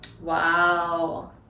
Wow